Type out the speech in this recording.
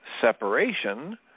separation